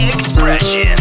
Expression